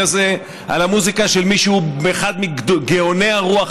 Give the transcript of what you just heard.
הזה על המוזיקה של מי שהוא אחד מגאוני הרוח,